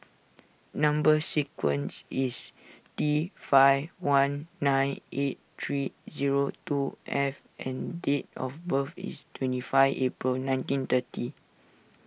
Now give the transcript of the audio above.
Number Sequence is T five one nine eight three zero two F and date of birth is twenty five April nineteen thirty